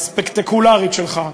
הספקטקולרית שלך,